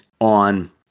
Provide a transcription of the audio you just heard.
on